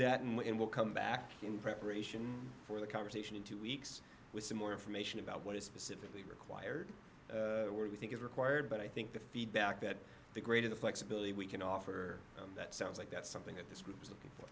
that and when we'll come back in preparation for the conversation in two weeks with some more information about what is specifically required where we think is required but i think the feedback that the greater the flexibility we can offer that sounds like that's something that this group